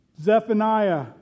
Zephaniah